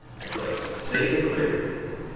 i click save and clear.